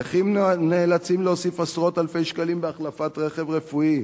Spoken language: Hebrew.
נכים נאלצים להוציא עשרות אלפי שקלים בהחלפת רכב רפואי.